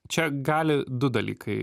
čia gali du dalykai